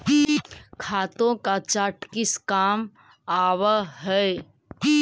खातों का चार्ट किस काम आवअ हई